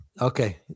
Okay